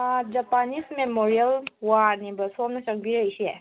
Japanese memorial ꯋꯥꯔꯅꯦꯕ ꯁꯣꯝꯅ ꯆꯪꯕꯤꯔꯛꯏꯁꯦ